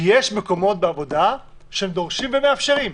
כי יש מקומות עבודה שדורשים וגם מאפשרים.